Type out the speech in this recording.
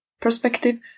perspective